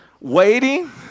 Waiting